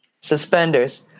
suspenders